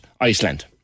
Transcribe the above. Iceland